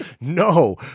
no